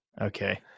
Okay